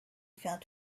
found